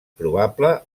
probable